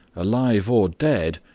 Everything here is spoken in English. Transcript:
alive or dead,